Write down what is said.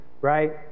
right